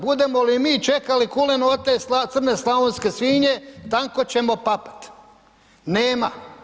Budemo li mi čekali kulen od te crne slavonske svinje, tanko ćemo papat, nema.